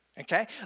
Okay